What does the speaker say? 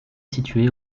situé